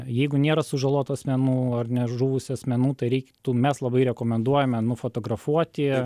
jeigu nėra sužalotų asmenų ar net žuvusių asmenų tai reiktų mes labai rekomenduojame nufotografuoti